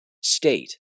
state